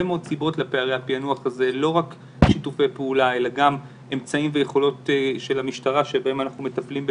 פעמים כשמגיעים לשוטרים בשטח ושואלים אותם על העניין של המלחמה